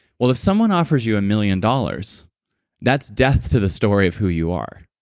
well, if someone offers you a million dollars that's death to the story of who you are,